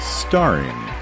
starring